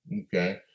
Okay